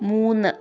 മൂന്ന്